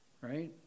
Right